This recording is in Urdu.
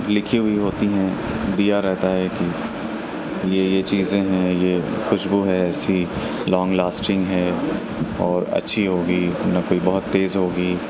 لکھی ہوئی ہوتی ہیں دیا رہتا ہے کی یہ یہ چیزیں ہیں یہ خوشبو ہے سی لانگ لاسٹنگ ہے اور اچھی ہوگی کوئی نہ کوئی بہت تیز ہوگی